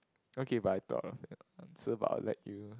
okay but I thought of an answer but I will let you